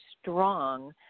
strong